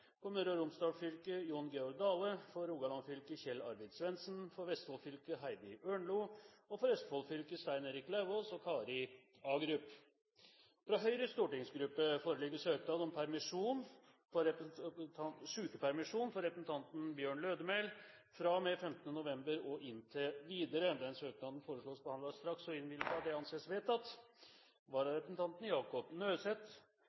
For Møre og Romsdal fylke: Jon Georg Dale For Rogaland fylke: Kjell Arvid Svendsen For Vestfold fylke: Heidi Ørnlo For Østfold fylke: Stein Erik Lauvås og Kari Agerup Fra Høyres stortingsgruppe foreligger søknad om sykepermisjon for representanten Bjørn Lødemel fra og med 15. november og inntil videre. Etter forslag fra presidenten ble enstemmig besluttet: Søknaden behandles straks og